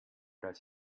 does